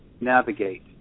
navigate